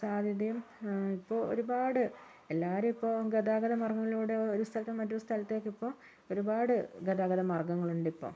സാധ്യതയും ഇപ്പോൾ ഒരുപാട് എല്ലാരും ഇപ്പോൾ ഗതാഗത മാർഗ്ഗങ്ങളിലൂടെ ഒരു സ്ഥലത്ത് നിന്ന് മറ്റൊരു സ്ഥലത്തേക്ക് ഇപ്പോൾ ഒരുപാട് ഗതാഗത മാർഗ്ഗങ്ങളുണ്ടിപ്പോൾ